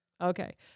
Okay